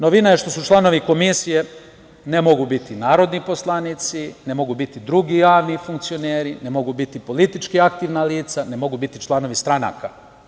Novina je što su članovi komisije, ne mogu biti narodni poslanici, ne mogu biti drugi javni funkcioneri, ne mogu biti politički aktivna lica, ne mogu biti članovi stranaka.